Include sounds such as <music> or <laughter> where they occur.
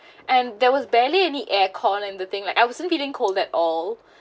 <breath> and there was barely any air con and the thing like I wasn't feeling cold at all